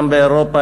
גם באירופה,